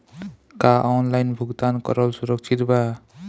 का ऑनलाइन भुगतान करल सुरक्षित बा?